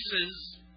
pieces